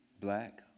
black